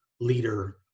leader